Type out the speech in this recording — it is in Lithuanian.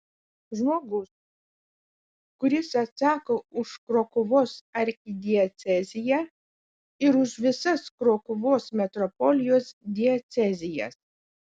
žmogus kuris atsako už krokuvos arkidieceziją ir už visas krokuvos metropolijos diecezijas